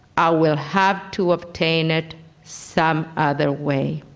i will have to obtain it some other way.